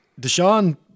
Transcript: Deshaun